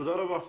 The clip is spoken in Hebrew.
תודה רבה לכם.